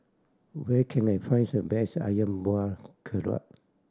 where can I find the best Ayam Buah Keluak